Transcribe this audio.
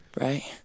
Right